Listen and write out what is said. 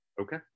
Okay